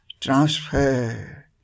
transfer